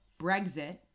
Brexit